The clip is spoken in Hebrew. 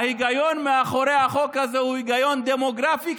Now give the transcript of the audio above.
ההיגיון מאחורי החוק הזה הוא היגיון דמוגרפי,